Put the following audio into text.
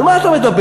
על מה אתה מדבר?